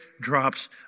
drops